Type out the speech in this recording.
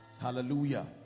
Hallelujah